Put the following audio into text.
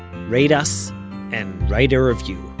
rate us and write a review.